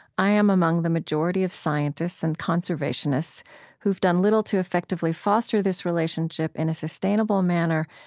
i am among the majority of scientists and conservationists who have done little to effectively foster this relationship in a sustainable manner.